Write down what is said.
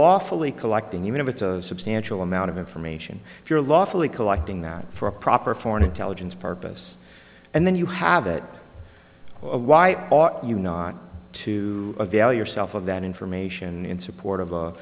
lawfully collecting even if it's a substantial amount of information if you're lawfully collecting that for a proper foreign intelligence purpose and then you have it why ought you not to avail yourself of that information in support of